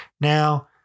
Now